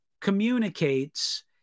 communicates